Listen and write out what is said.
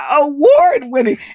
award-winning